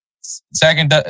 second